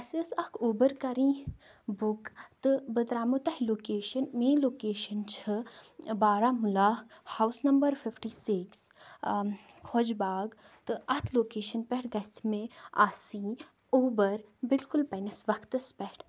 اَسہِ ٲس اَکھ اوٗبَر کَرٕنۍ بُک تہٕ بہٕ ترٛامو تۄہہِ لوکیشَن مین لوکیشَن چھِ Baramulla house number fifty six Khwaja Bagh تہٕ اَتھ لوکیشَن پٮ۪ٹھ گژھِ مےٚ آسٕنۍ اوٗبَر بالکُل پنٛنِس وَقتَس پٮ۪ٹھ